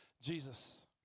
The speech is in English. Jesus